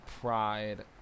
Pride